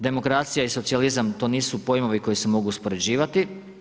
Demokracija i socijalizam to nisu pojmovi koji se mogu uspoređivati.